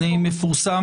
איפה?